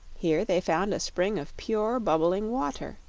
here they found a spring of pure bubbling water,